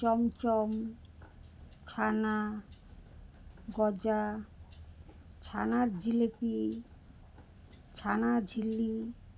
চমচম ছানা গজা ছানার জিলিপি ছানা ঝিল্লি